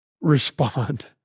respond